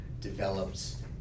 develops